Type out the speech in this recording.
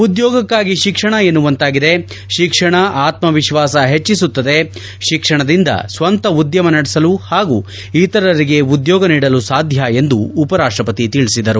ಉದ್ಯೋಗಕ್ಕಾಗಿ ಶಿಕ್ಷಣ ಎನ್ನುವಂತಾಗಿದೆ ಶಿಕ್ಷಣ ಆತ್ಮವಿಶ್ವಾಸ ಹೆಚ್ಚಿಸುತ್ತದೆ ಶಿಕ್ಷಣದಿಂದ ಸ್ವಂತ ಉದ್ಯಮ ನಡೆಸಲು ಹಾಗೂ ಇತರರಿಗೆ ಉದ್ದೋಗ ನೀಡಲು ಸಾಧ್ಯ ಎಂದು ಉಪರಾಷ್ಟಪತಿ ತಿಳಿಸಿದರು